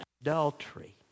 adultery